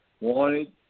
wanted